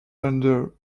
under